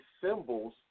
symbols